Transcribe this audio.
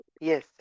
Yes